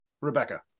Rebecca